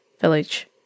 Village